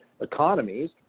economies